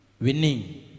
winning